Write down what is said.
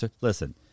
listen